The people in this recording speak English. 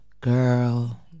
girl